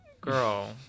Girl